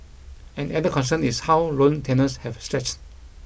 an added concern is how loan tenures have stretched